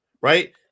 Right